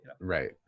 Right